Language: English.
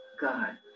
God